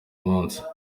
munsi